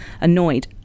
annoyed